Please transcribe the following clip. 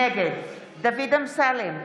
נגד דוד אמסלם,